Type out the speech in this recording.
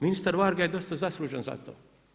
Ministar Varga je dosta zaslužan zato.